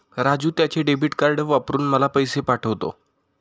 राजू त्याचे debit card वापरून मला पैसे पाठवतो